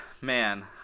man